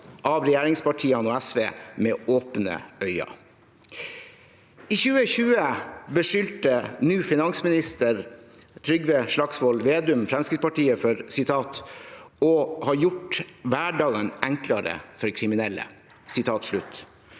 av regjeringspartiene og SV med åpne øyne. I 2020 beskyldte den nåværende finansministeren Trygve Slagsvold Vedum Fremskrittspartiet for å ha «gjort hverdagen enklere for kriminelle».